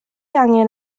angen